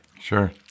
Sure